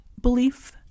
belief